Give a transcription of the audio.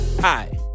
Hi